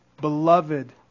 beloved